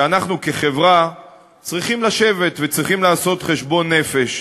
שאנחנו כחברה צריכים לשבת וצריכים לעשות חשבון נפש,